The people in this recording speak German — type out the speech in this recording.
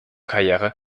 karriere